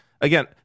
Again